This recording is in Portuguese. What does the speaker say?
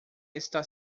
está